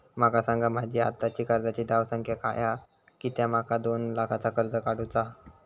माका सांगा माझी आत्ताची कर्जाची धावसंख्या काय हा कित्या माका दोन लाखाचा कर्ज काढू चा हा?